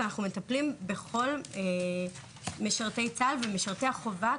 ואנחנו מטפלים בכל משרתי צה"ל ומשרתי החובה.